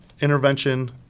intervention